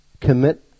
commit